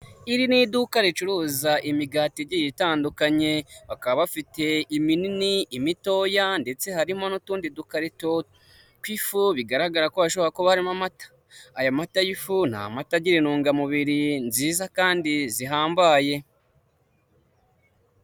Iri ni iduka ricuruza imigati igiye itandukanye, bakaba bafite iminini, imitoya, ndetse harimo n'utundi dukarito tw'ifu bigaragara ko hashobora kuba harimo amata. Aya mata y'ifu ni amata agira intungamubiri nziza kandi zihambaye.